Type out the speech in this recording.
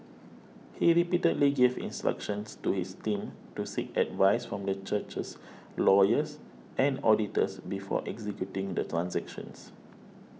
he repeatedly gave instructions to his team to seek advice from the church's lawyers and auditors before executing the transactions